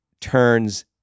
turns